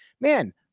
man